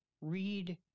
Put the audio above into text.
read